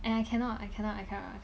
and I cannot I cannot I cannot